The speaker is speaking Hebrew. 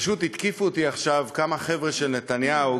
פשוט התקיפו אותי עכשיו כמה חבר'ה של נתניהו,